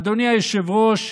אדוני היושב-ראש,